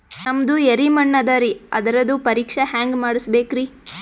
ನಮ್ದು ಎರಿ ಮಣ್ಣದರಿ, ಅದರದು ಪರೀಕ್ಷಾ ಹ್ಯಾಂಗ್ ಮಾಡಿಸ್ಬೇಕ್ರಿ?